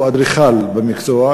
הוא אדריכל במקצועו,